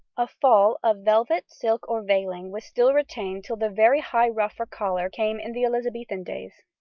a fall of velvet, silk, or veiling was still retained till the very high ruff or collar came in the elizabethan days.